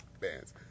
bands